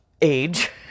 age